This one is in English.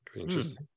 interesting